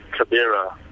Kabira